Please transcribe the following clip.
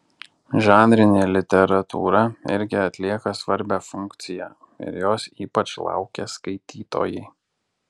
žanrinė literatūra irgi atlieka svarbią funkciją ir jos ypač laukia skaitytojai